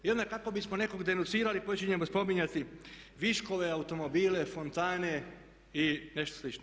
I onda kako bismo nekog denucirali počinjemo spominjati viškove, automobile, fontane i nešto slično.